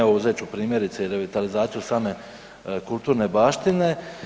Evo uzet ću primjerice i revitalizaciju same kulturne baštine.